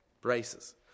braces